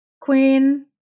Queen